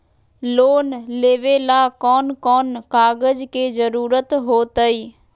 Loan लेवेला कौन कौन कागज के जरूरत होतई?